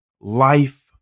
life